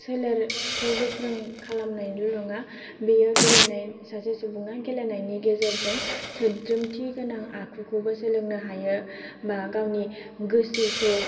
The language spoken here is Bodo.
सोलेरखौ गोख्रों खालामनायल' नङा बेयो गेलेनाय सासे सुबुङा गेलेनायनि गेजेरजों सोद्रोमथि गोनां आखुखौबो सोलोंनो हायो बा गावनि गोसोखौ